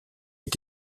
est